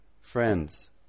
Friends